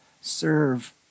serve